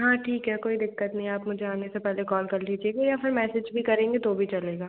हाँ ठीक है कोई दिक्कत नहीं है आप मुझे आने से पहले कॉल कर लीजिएगा या फिर मैसेज भी करेंगे तो भी चलेगा